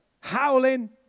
howling